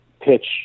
pitch